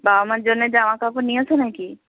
বাবা মা র জন্যে জামাকাপড় নিয়েছো না কি